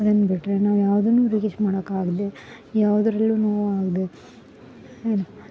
ಅದನ್ನ ಬಿಟ್ಟರೆ ನಾವು ಯಾವುದನ್ನು ರೀಚ್ ಮಾಡಕ್ಕಾಗದೇ ಯಾವ್ದ್ರುಲ್ಲುನೂ ಆಗದೆ